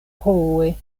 frue